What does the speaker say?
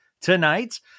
tonight